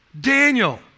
Daniel